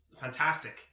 fantastic